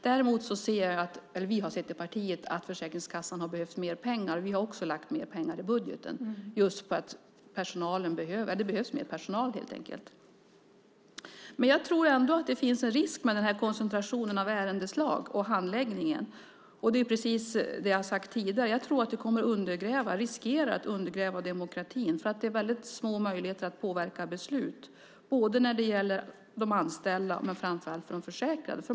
Däremot har vi i partiet sett att Försäkringskassan har behövt mer pengar. Vi har också lagt mer pengar i budgeten. Det behövs mer personal helt enkelt. Jag tror att det finns en risk med den här koncentrationen av ärendeslag och handläggningen. Det är precis det jag har sagt tidigare. Jag tror att det riskerar att undergräva demokratin, för det är väldigt små möjligheter att påverka beslut. Det gäller de anställda men framför allt de försäkrade.